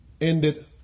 ended